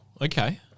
Okay